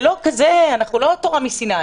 אנחנו לא תורה מסיני.